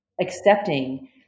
accepting